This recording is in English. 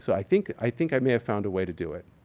so i think i think i may have found a way to do it.